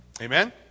Amen